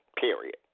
period